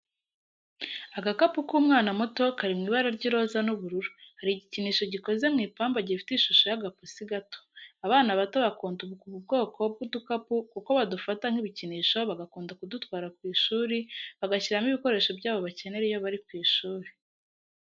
Agakapu k'umwana muto kari mu ibara ry'iroza n'ubururu hari igikinisho gikoze mu ipamba gifite ishusho y'agapusi gatoya, abana bato bakunda ubu kwoko bw'udukapu kuko badufata nk'ibikinisho bagakunda kudutwara kw'ishuri bagashyiramo ibikoresho byabo bakenera iyo bari ku ishuri.